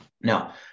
Now